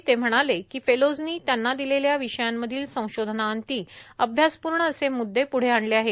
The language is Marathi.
फडणवीस म्हणाले फेलोजनी त्यांना दिलेल्या विषयांमधील संशोधनाअंती अभ्यासपूर्ण असे मुददे पुढे आणले आहेत